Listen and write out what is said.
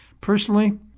personally